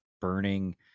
burning